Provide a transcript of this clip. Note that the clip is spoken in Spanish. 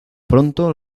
pronto